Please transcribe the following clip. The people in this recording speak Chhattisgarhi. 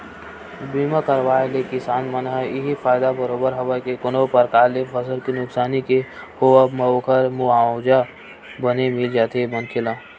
बीमा करवाय ले किसान मन ल इहीं फायदा बरोबर हवय के कोनो परकार ले फसल के नुकसानी के होवब म ओखर मुवाला बने मिल जाथे मनखे ला